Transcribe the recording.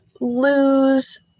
lose